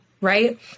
Right